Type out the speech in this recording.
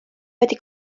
wedi